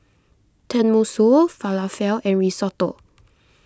Tenmusu Falafel and Risotto